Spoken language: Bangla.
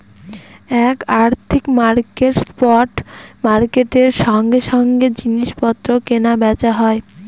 এক আর্থিক মার্কেটে স্পট মার্কেটের সঙ্গে সঙ্গে জিনিস পত্র কেনা বেচা হয়